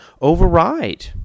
override